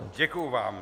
Děkuji vám.